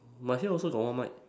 my here also got one mic